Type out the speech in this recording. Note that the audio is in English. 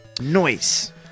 noise